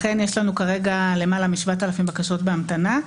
לכן יש לנו כרגע למעלה מ-7,000 בקשות בהמתנה.